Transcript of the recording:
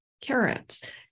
carrots